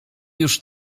już